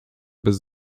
bez